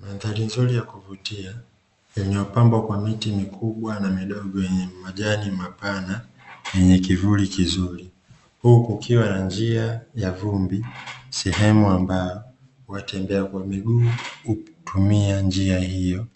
Mandhari nzuri ya kuvutia iliyopambwa kwa miti mikubwa na midogo yenye majani mapana yenye kivuli kizuri. Huku kukiwa na njia ya vumbi, sehemu ambayo watembea kwa miguu hutumia njia hiyo